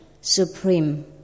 supreme